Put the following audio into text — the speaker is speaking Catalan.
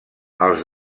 els